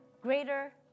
greater